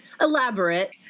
elaborate